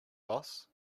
boss